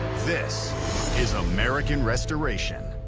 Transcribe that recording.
this is american restoration.